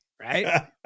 right